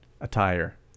attire